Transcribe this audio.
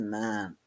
man